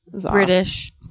british